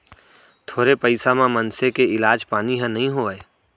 थोरे पइसा म मनसे के इलाज पानी ह नइ होवय